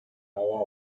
power